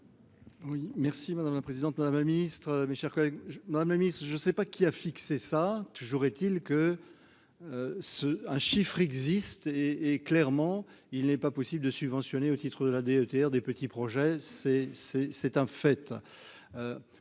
merci madame la présidente, madame la ministre, mes chers collègues, ma mamie, je sais pas qui a fixé ça toujours est-il que ce un chiffre existe et et clairement il n'est pas possible de subventionner au titre de la DETR des petits projets c'est c'est